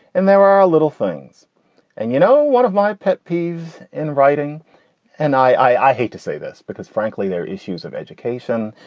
and there are a little things and you know, one of my pet peeves in writing and i hate to say this because frankly, they're issues of education,